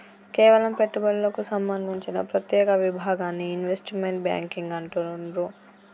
కేవలం పెట్టుబడులకు సంబంధించిన ప్రత్యేక విభాగాన్ని ఇన్వెస్ట్మెంట్ బ్యేంకింగ్ అంటుండ్రు